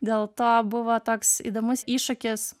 dėl to buvo toks įdomus iššūkis